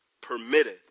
permitted